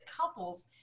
couples